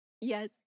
Yes